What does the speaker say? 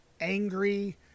angry